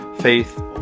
faith